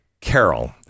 carol